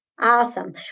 Awesome